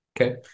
Okay